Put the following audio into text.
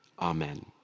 Amen